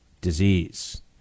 disease